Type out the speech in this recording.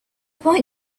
point